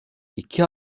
i̇ki